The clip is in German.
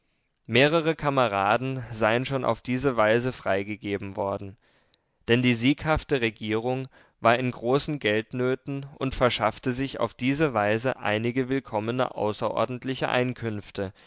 mehrere kameraden seien schon auf diese weise freigegeben worden denn die sieghafte regierung war in großen geldnöten und verschaffte sich auf diese weise einige willkommene außerordentliche einkünfte